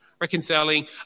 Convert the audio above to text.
Reconciling